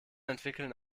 entwickeln